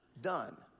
done